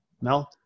Mel